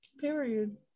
Period